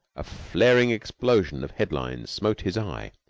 a flaring explosion of headlines smote his eye.